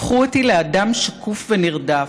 הפכו אותי לאדם שקוף ונרדף.